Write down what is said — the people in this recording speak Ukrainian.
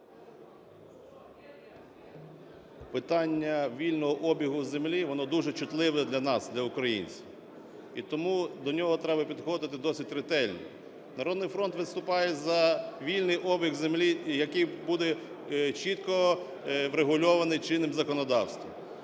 Питання вільного обігу землі, воно дуже чутливе для нас, для українців. І тому до нього треба підходити досить ретельно. "Народний фронт" виступає за вільний обіг землі, який буде чітко врегульований чинним законодавством.